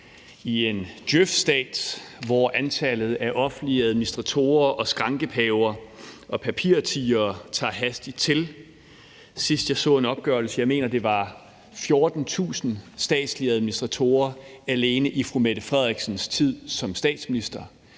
i en Djøf-stat, hvor antallet af offentlige administratorer, skrankepaver og papirtigre tager hastigt til. Sidst jeg så en opgørelse, mener jeg, det var 14.000 statslige administratorer alene i fru Mette Frederiksens tid som statsminister.